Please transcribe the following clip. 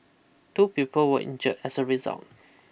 two people were injure as a result